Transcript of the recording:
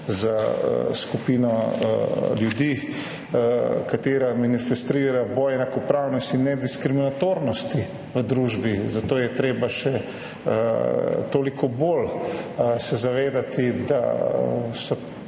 za skupino ljudi, ki manifestirajo boj enakopravnosti in nediskriminatornosti v družbi, zato se je treba še toliko bolj zavedati, da so